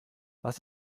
was